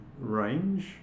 range